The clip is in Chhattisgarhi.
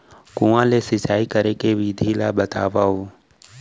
कुआं ले सिंचाई करे के विधि ला बतावव?